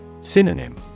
Synonym